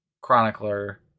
Chronicler